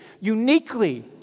uniquely